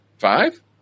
Five